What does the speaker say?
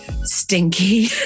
stinky